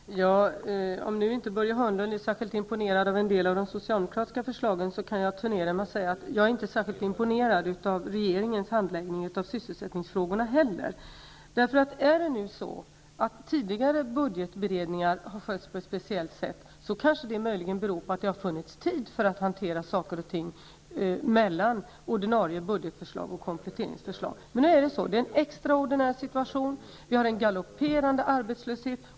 Herr talman! Om nu inte Börje Hörnlund är särskilt imponerad av en del av de socialdemokratiska förslagen, kan jag turnera med att säga att jag inte är särskilt imponerad av regeringens handläggning av sysselsättningsfrågorna heller. Är det nu så, att tidigare budgetberedningar skötts på ett speciellt sätt, kanske det möjligen berodde på att det fanns tid till att hantera ärendena mellan ordinarie budgetförslag och kompletterande budgetförslag. Nu har vi emellertid en extraordinär situation med en galopperande arbetslöshet.